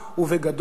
ובגדול,